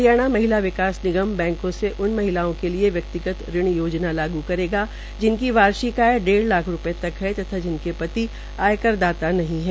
हरियाणा महिला विकास निगम बैंको से उन महिलाओं के लिए व्यक्तिगत ऋण योजना लागू करेगा जिनकी वार्षिक आय डेढ़ लाख तक है तथा जिनमे पति आयकर दाता नहीं है